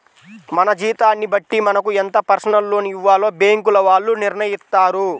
మన జీతాన్ని బట్టి మనకు ఎంత పర్సనల్ లోన్ ఇవ్వాలో బ్యేంకుల వాళ్ళు నిర్ణయిత్తారు